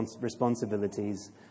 responsibilities